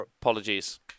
apologies